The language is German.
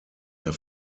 der